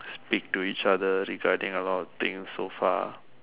speak to each other regarding a lot of things so far